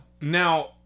Now